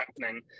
happening